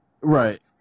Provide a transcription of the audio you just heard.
Right